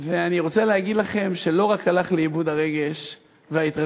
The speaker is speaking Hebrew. ואני רוצה להגיד לכם שלא רק שלא הלכו לי לאיבוד הרגש וההתרגשות,